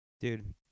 dude